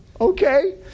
Okay